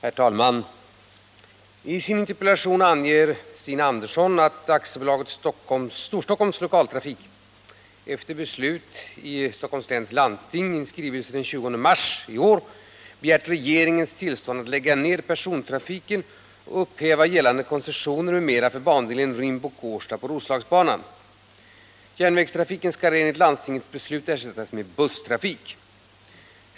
Herr talman! I sin interpellation anger Stina Andersson att Aktiebolaget Storstockholms Lokaltrafik efter beslut i Stockholms läns landsting i en skrivelse den 20 mars 1980 begärt regeringens tillstånd att I persontrafiken och upphäva gällande konce ioner m.m. för bandelen Rimbo-Kårsta på Roslagsbanan. Järnvägstrafiken skall enligt landstingets beslut ersättas med busstrafik.